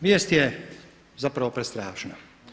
Vijest je zapravo prestrašna.